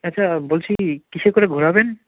আচ্ছা বলছি কীসে করে ঘোরাবেন